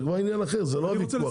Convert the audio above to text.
זה כבר עניין אחר זה לא הוויכוח.